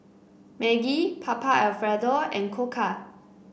Maggi Papa Alfredo and Koka